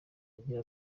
agira